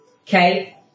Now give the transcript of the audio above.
okay